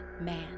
man